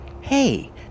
hey